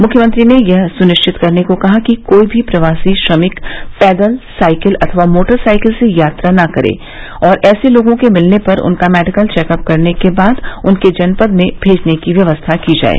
मुख्यमंत्री ने यह सुनिश्चित करने को कहा कि कोई भी प्रवासी श्रमिक पैदल साइकिल अथवा मोटरसाइकिल से यात्रा न करे और ऐसे लोगों के मिलने पर उनका मेडिकल चेकअप करने के बाद उनके जनपद में भेजने की व्यवस्था की जाये